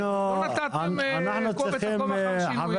לא נתתם קובץ עקוב אחר שינויים --- חבר